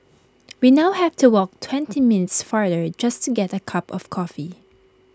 we now have to walk twenty minutes farther just to get A cup of coffee